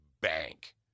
bank